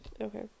okay